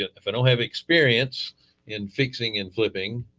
if i don't have experience in fixing and flipping,